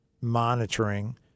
monitoring